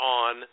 on